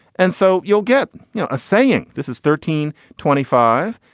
and so you'll get a saying this is thirteen twenty five.